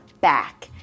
back